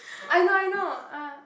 I know I know uh